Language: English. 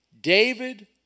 David